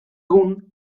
egun